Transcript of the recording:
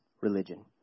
Religion